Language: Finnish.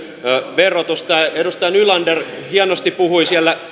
verotusta edustaja nylander hienosti puhui siellä